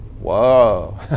Whoa